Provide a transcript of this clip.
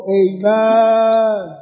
amen